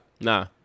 Nah